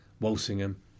Walsingham